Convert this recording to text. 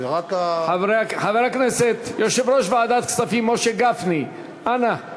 חבר הכנסת, יושב-ראש ועדת הכספים משה גפני, אנא.